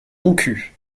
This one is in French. montcuq